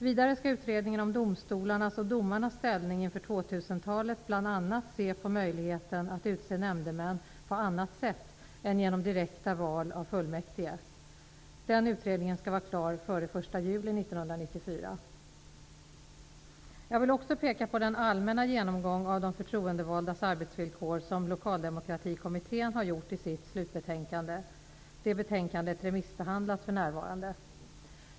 Vidare skall Utredningen om domstolarnas och domarnas ställning inför 2000-talet bl.a. se på möjligheten att utse nämndemän på annat sätt än genom direkta val av fullmäktige. Denna utredning skall vara klar före den 1 juli 1994. Jag vill också peka på den allmänna genomgång av de förtroendevaldas arbetsvillkor som Lokaldemokratikommittén har gjort i sitt slutbetänkande. Betänkandet remissbehandlas för närvarande.